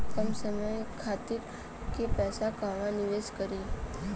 कम समय खातिर के पैसा कहवा निवेश करि?